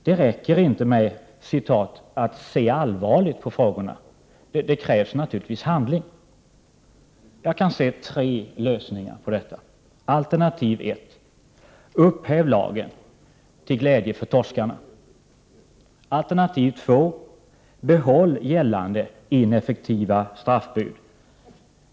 Det räcker inte med ”att se allvarligt på frågorna” — det krävs naturligtvis handling! Jag kan se tre lösningar på detta. Alternativ 1: Upphäv lagen, till glädje för ”torskarna”. Alternativ 2: Behåll gällande, ineffektiva straffbud.